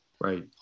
Right